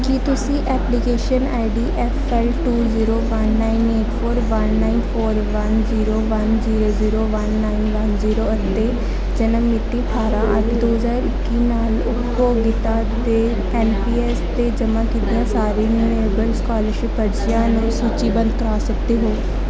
ਕੀ ਤੁਸੀਂ application I D F L two zero one nine eight four one nine four one zero one zero zero one nine one zero ਅਤੇ ਜਨਮ ਮਿਤੀ ਅਠਾਰਾਂ ਅੱਠ ਦੋ ਹਜ਼ਾਰ ਇੱਕੀ ਨਾਲ ਉਪਭੋਗਤਾ ਦੇ ਐਨ ਪੀ ਐਸ 'ਤੇ ਜਮ੍ਹਾਂ ਕੀਤੀਆਂ ਸਾਰੀਆਂ ਰਿਨਿਵੇਲ ਸਕਾਲਰਸ਼ਿਪ ਅਰਜ਼ੀਆਂ ਨੂੰ ਸੂਚੀਬੱਧ ਕਰ ਸਕਦੇ ਹੋ